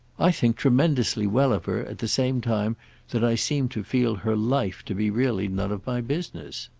i think tremendously well of her, at the same time that i seem to feel her life to be really none of my business.